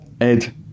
Ed